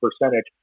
percentage